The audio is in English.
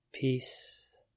Peace